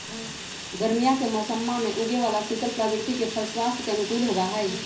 गर्मीया के मौसम्मा में उगे वाला शीतल प्रवृत्ति के फल स्वास्थ्य के अनुकूल होबा हई